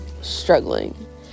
struggling